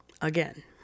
Again